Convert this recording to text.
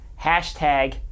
hashtag